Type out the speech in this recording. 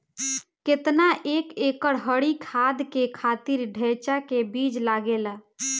केतना एक एकड़ हरी खाद के खातिर ढैचा के बीज लागेला?